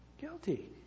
Guilty